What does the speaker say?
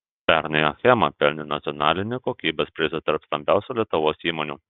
pernai achema pelnė nacionalinį kokybės prizą tarp stambiausių lietuvos įmonių